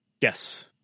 Yes